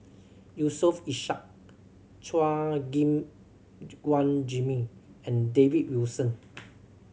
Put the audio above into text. Yusof Ishak Chua Gim Guan Jimmy and David Wilson